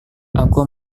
aku